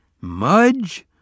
Mudge